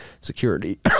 security